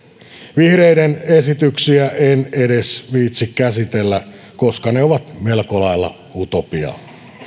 vihreiden esityksiä en edes viitsi käsitellä koska ne ovat melko lailla utopiaa